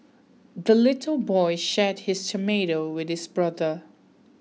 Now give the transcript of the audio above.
the little boy shared his tomato with his brother